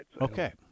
Okay